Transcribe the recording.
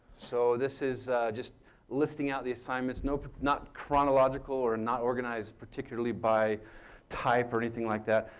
so this is just listing out the assignments. not not chronological or not organized particularly by type or anything like that.